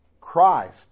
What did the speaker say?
Christ